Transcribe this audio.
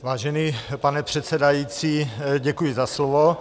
Vážený pane předsedající, děkuji za slovo.